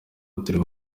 turimo